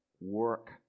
work